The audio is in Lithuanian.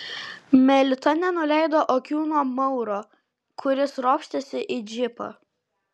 melita nenuleido akių nuo mauro kuris ropštėsi į džipą